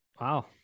Wow